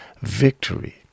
victory